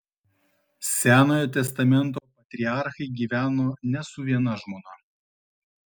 senojo testamento patriarchai gyveno ne su viena žmona